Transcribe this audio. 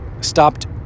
stopped